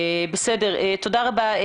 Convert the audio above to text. תודה רבה.